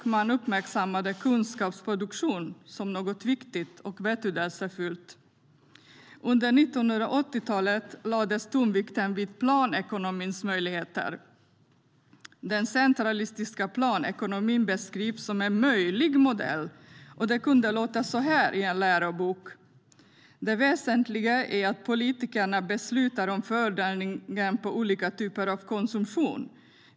Man uppmärksammade dock kunskapsproduktion som något viktigt och betydelsefullt. Under 1980-talet lades tonvikten vid planekonomins möjligheter. Den centralistiska planekonomin beskrivs som en möjlig modell, och det kunde stå så här i en lärobok: Det väsentliga är att politikerna beslutar om fördelningen på olika typer av konsumtion.